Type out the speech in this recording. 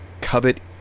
Covet